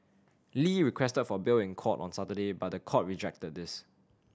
Lee requested for bail in court on Saturday but the court rejected this